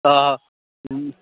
तऽ